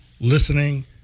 listening